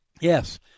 Yes